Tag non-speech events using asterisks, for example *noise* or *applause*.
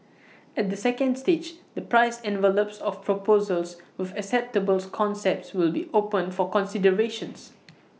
at the second stage the price envelopes of proposals with acceptable concepts will be opened for consideration *noise*